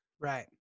Right